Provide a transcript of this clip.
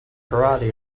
karate